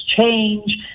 change